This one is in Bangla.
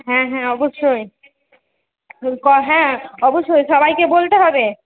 হ্যাঁ হ্যাঁ অবশ্যই ক হ্যাঁ অবশ্যই সবাইকে বলতে হবে